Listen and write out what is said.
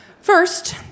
First